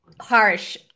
Harsh